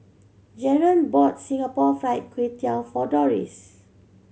Jaren bought Singapore Fried Kway Tiao for Doris